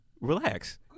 Relax